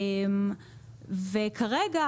כרגע,